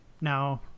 Now